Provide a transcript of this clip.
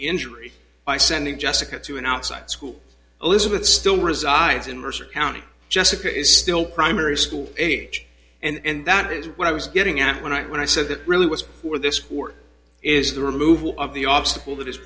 injury by sending jessica to an outside school elizabeth still resides in mercer county jessica is still primary school age and that is what i was getting at when i when i said that really was for this court is the removal of the obstacle that is